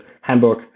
Hamburg